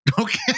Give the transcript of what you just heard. Okay